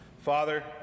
Father